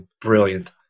brilliant